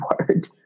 word